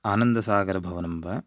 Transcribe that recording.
आनन्दसागरभवनं वा